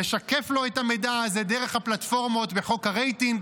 נשקף לו את המידע הזה דרך הפלטפורמות בחוק הרייטינג,